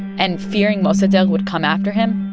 and, fearing mossadegh would come after him,